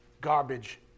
garbage